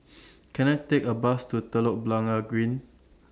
Can I Take A Bus to Telok Blangah Green